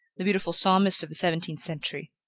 the beautiful psalmist of the seventeenth century.